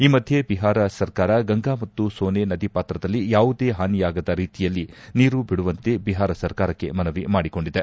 ಈ ಮಧ್ಯೆ ಬಿಹಾರ ಸರ್ಕಾರ ಗಂಗಾ ಮತ್ತು ಸೋನೆ ನದಿಪಾತ್ರದಲ್ಲಿ ಯಾವುದೇ ಹಾನಿಯಾಗದ ರೀತಿಯಲ್ಲಿ ನೀರು ಬಿಡುವಂತೆ ಬಿಹಾರ ಸರ್ಕಾರಕ್ಕೆ ಮನವಿ ಮಾಡಿಕೊಂಡಿದೆ